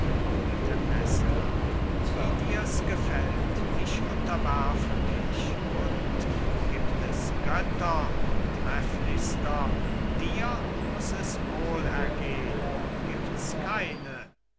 wie dir's gefällt ich unterwerfe mich und gibt es götter trefflichster dir muß es wohlergehn gibt's keine